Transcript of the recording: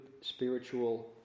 spiritual